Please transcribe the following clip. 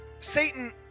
Satan